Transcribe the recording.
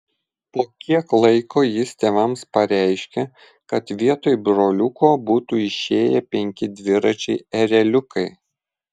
po kiek laiko jis tėvams pareiškė kad vietoj broliuko būtų išėję penki dviračiai ereliukai